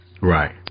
right